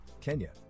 Kenya